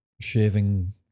shaving